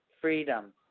freedom